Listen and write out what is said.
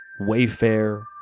Wayfair